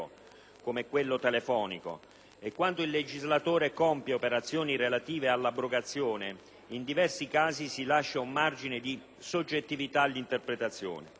come quello telefonico. E quando il legislatore compie operazioni relative all'abrogazione, in diversi casi si lascia un margine di soggettività all'interpretazione.